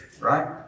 right